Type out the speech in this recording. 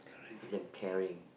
give them caring